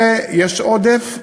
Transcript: ויש עודף.